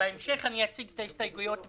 בהמשך אני אציג את הסתייגויות בכתב.